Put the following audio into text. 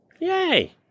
Yay